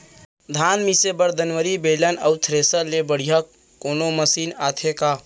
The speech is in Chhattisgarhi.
धान मिसे बर दंवरि, बेलन अऊ थ्रेसर ले बढ़िया कोनो मशीन आथे का?